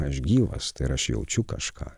aš gyvas tai yra aš jaučiu kažką